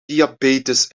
diabetes